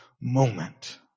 moment